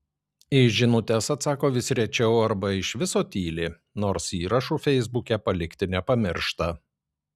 į žinutes atsako vis rečiau arba iš viso tyli nors įrašų feisbuke palikti nepamiršta